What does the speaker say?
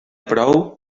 prou